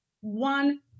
one